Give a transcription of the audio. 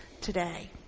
today